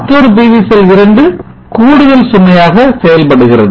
மற்றொரு PV cell 2 கூடுதல் சுமையாக செயல்படுகிறது